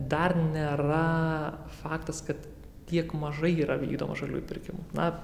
dar nėra faktas kad tiek mažai yra vykdoma žaliųjų pirkimų na